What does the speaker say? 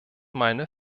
meine